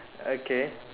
okay